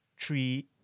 three